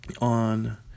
on